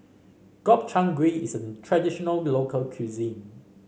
Gobchang Gui is a traditional local cuisine